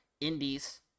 indies